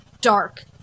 dark